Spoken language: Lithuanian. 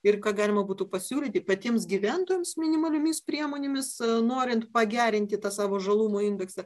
ir ką galima būtų pasiūlyti patiems gyventojams minimaliomis priemonėmis norint pagerinti tą savo žalumo indeksą